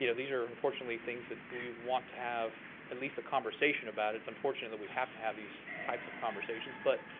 you know these are unfortunately things that we want to have at least a conversation about. it's unfortunate that we have to have these types of conversations, but